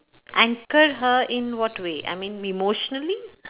anchor her in what way I mean emotionally